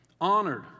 honored